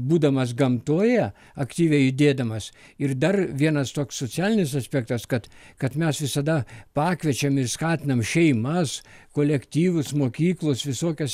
būdamas gamtoje aktyviai judėdamas ir dar vienas toks socialinis aspektas kad kad mes visada pakviečiam ir skatinam šeimas kolektyvus mokyklas visokias